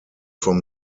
from